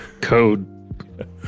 code